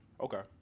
Okay